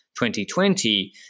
2020